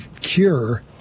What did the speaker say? cure